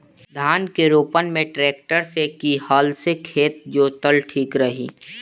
धान के रोपन मे ट्रेक्टर से की हल से खेत जोतल ठीक होई?